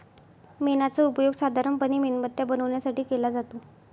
मेणाचा उपयोग साधारणपणे मेणबत्त्या बनवण्यासाठी केला जातो